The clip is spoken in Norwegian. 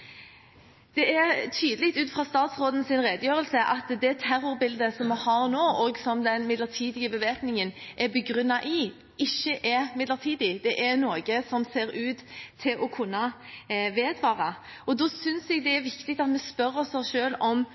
Det er tydelig ut fra statsrådens redegjørelse at det terrorbildet som vi har nå, og som den midlertidige bevæpningen er begrunnet i, ikke er midlertidig. Det er noe som ser ut til å kunne vedvare, og da synes jeg det er viktig at vi spør oss selv om